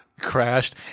crashed